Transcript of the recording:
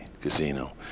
casino